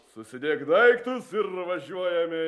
susidėk daiktus ir važiuojame